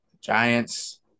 Giants